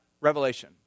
revelation